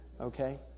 Okay